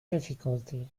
difficulty